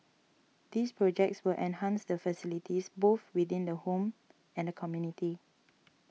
these projects will enhance the facilities both within the home and community